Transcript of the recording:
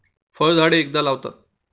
फळझाडे एकदा लावतात